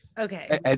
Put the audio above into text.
Okay